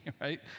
right